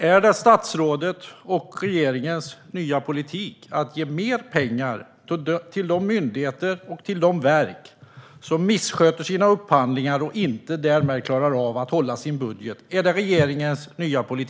Är det statsrådets och regeringens nya politik att ge mer pengar till de myndigheter och verk som missköter sina upphandlingar och på grund av det inte klarar av att hålla sin budget?